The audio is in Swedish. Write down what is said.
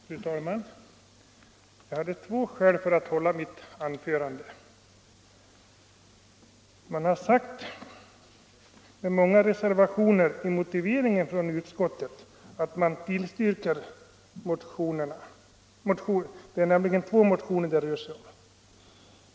Fru talman! Jag hade två skäl att hålla mitt anförande. Man har sagt med många reservationer i motiveringen från utskottet att man tillstyrker motionerna — det är två motioner det rör sig om.